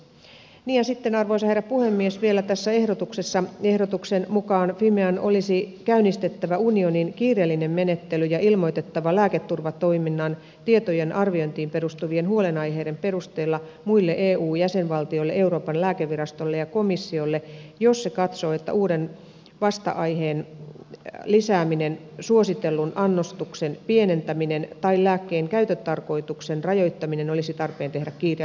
niin ja sitten arvoisa herra puhemies vielä tämän ehdotuksen mukaan fimean olisi käynnistettävä unionin kiireellinen menettely ja ilmoitettava lääketurvatoiminnan tietojen arviointiin perustuvien huolenaiheiden perusteella muille eun jäsenvaltioille euroopan lääkevirastolle ja komissiolle jos se katsoo että uuden vasta aiheen lisääminen suositellun annostuksen pienentäminen tai lääkkeen käyttötarkoituksen rajoittaminen olisi tarpeen tehdä kiireellisenä